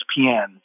ESPN